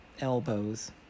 Elbows